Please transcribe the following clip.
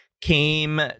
came